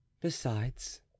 Besides